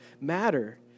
matter